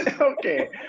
Okay